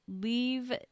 leave